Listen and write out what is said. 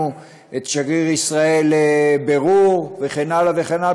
את שגריר ישראל לבירור וכן הלאה וכן הלאה,